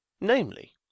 Namely